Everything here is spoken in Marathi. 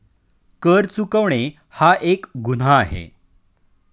कर चुकवणे हा एक गुन्हा आहे